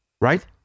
Right